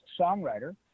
songwriter